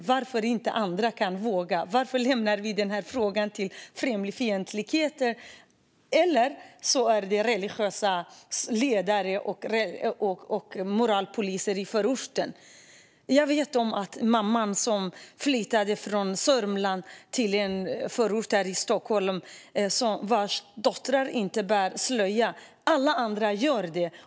Varför vågar inte andra? Varför lämnar vi den här frågan till främlingsfientligheten eller till religiösa ledare och moralpoliser i förorten? Jag vet en mamma som flyttade från Sörmland till en förort här i Stockholm och vars döttrar inte bär slöja. Alla andra gör det.